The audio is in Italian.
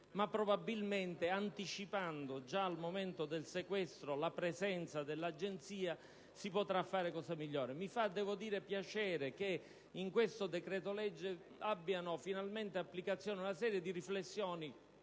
ma probabilmente anticipando già al momento del sequestro la presenza dell'Agenzia si otterranno risultati ancora migliori. Devo dire che mi fa piacere che in questo decreto-legge abbiano finalmente applicazione una serie di riflessioni